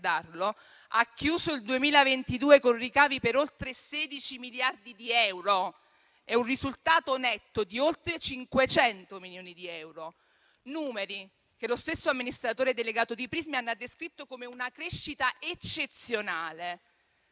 ha chiuso il 2022 con ricavi per oltre 16 miliardi di euro e un risultato netto di oltre 500 milioni di euro, numeri che lo stesso amministratore delegato di Prysmian ha descritto come una crescita eccezionale.